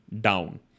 down